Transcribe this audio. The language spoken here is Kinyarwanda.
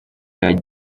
y’epfo